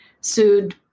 sued